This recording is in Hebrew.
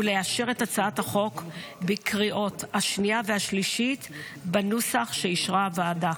ולאשר את הצעת החוק בקריאות השנייה והשלישית בנוסח שאישרה הוועדה.